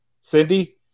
Cindy